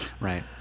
Right